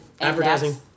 advertising